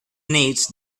nate